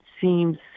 seems